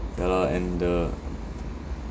ya lah and the